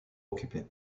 occupé